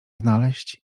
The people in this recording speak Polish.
znaleźć